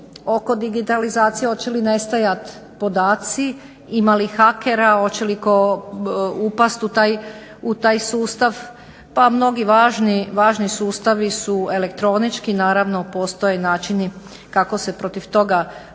oko digitalizacije hoće li nestajat podaci. Ima li hakera, hoće li tko upast u taj sustav. Pa mnogi važni sustavi su elektronički. Naravno postoje i načini kako se protiv toga bore.